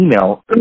email